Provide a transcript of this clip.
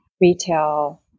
retail